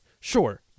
Sure